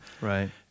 Right